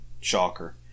shocker